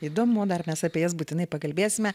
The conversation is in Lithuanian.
įdomu dar mes apie jas būtinai pakalbėsime